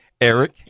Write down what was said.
Eric